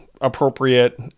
appropriate